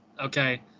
Okay